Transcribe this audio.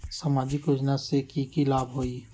सामाजिक योजना से की की लाभ होई?